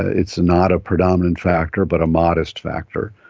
it's not a predominant factor but a modest factor,